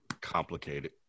complicated